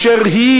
אשר היא,